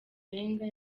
wenger